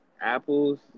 Apple's